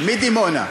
מדימונה,